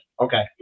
okay